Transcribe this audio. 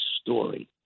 story